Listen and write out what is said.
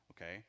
okay